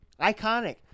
Iconic